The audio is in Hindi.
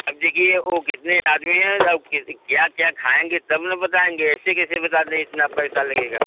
अब देखिए ओ कितने आदमी हैं और क्या क्या खाएंगे तब ना बताएंगे ऐसे कैसे बता दें इतना पैसा लगेगा